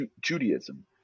judaism